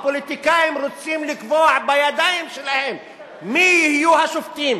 הפוליטיקאים רוצים לקבוע בידיים שלהם מי יהיו השופטים,